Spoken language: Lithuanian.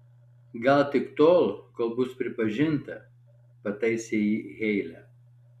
gal tik tol kol bus pripažinta pataisė jį heile